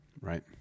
Right